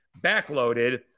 backloaded